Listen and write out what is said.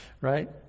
Right